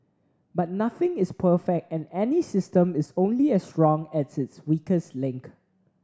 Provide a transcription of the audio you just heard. but nothing is perfect and any system is only as strong as its weakest link